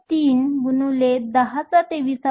03 x 1023m 3 आहे